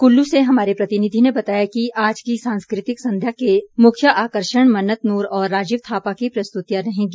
कुल्लू से हमारे प्रतिनिधि ने बताया कि आज की सांस्कृतिक संध्या के मुख्य आकर्षण मन्नत नूर और राजीव थापा की प्रस्तुतियां रहेंगी